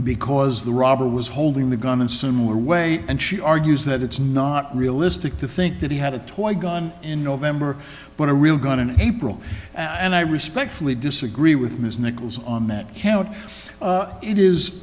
because the robber was holding the gun in similar way and she argues that it's not realistic to think that he had a toy gun in november but a real gun in april and i respectfully disagree with ms nichols on that count it is